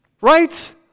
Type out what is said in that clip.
Right